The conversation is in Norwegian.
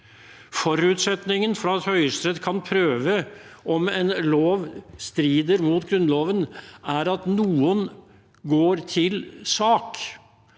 Forutsetningen for at Høyesterett kan prøve om en lov strider mot Grunnloven, er at noen går til sak,